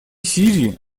сирии